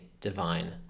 divine